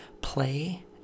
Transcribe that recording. play